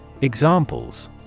Examples